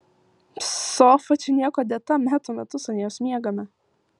sofa čia niekuo dėta metų metus ant jos miegame